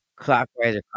Clockwise